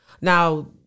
now